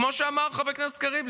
כמו שאמר חבר הכנסת קריב,